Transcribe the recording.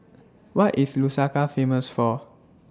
What IS Lusaka Famous For